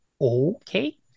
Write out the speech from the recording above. okay